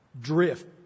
drift